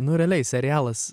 nu realiai serialas